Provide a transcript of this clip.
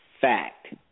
Fact